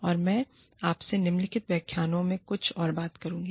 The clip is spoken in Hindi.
और मैं आपसे निम्नलिखित व्याख्यान में कुछ और बात करुंगा